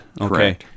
okay